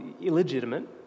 illegitimate